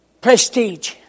prestige